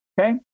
okay